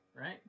right